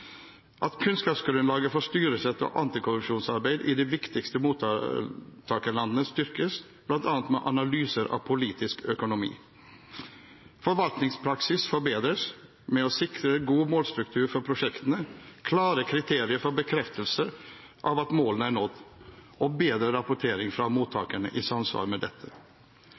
i de viktigste mottakerlandene styrkes, bl.a. med analyser av politisk økonomi forvaltningspraksis forbedres med å sikre god målstruktur for prosjektene, klare kriterier for bekreftelse av at målene er nådd, og bedre rapportering fra mottakerne i samsvar med dette